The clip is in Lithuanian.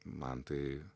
man tai